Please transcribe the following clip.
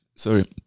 Sorry